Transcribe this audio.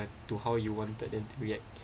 as to how you wanted then to react